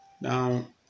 Now